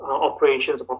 operations